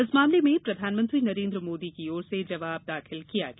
इस मामले में प्रधानमंत्री नरेंद्र मोदी की ओर से जवाब दाखिल किया गया